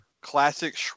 classic